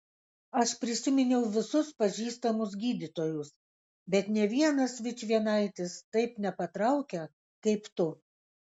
aš prisiminiau visus pažįstamus gydytojus bet nė vienas vičvienaitis taip nepatraukia kaip tu